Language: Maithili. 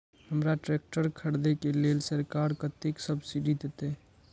हमरा ट्रैक्टर खरदे के लेल सरकार कतेक सब्सीडी देते?